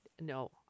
No